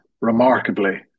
remarkably